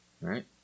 right